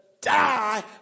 die